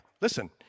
Listen